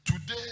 Today